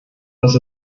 dass